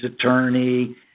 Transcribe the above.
attorney